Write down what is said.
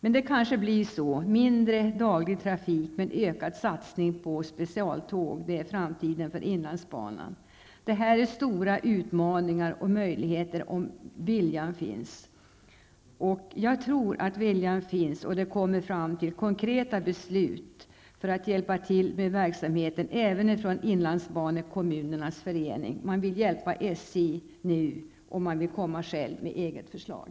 Mindre daglig trafik men ökad satsning på specialtåg är framtiden för inlandsbanan. Det innebär stora utmaningar och möjligheter om viljan finns. Jag tror att viljan finns och att konkreta beslut kommer fram från Inlandskommunernas Ekonomiska Förening. IEF vill hjälpa SJ med verksamheten och även komma med egna förslag.